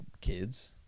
kids